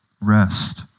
Rest